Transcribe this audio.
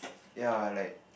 ya like